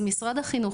משרד החינוך,